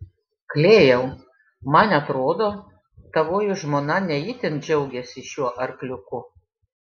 klėjau man atrodo tavoji žmona ne itin džiaugiasi šiuo arkliuku